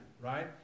right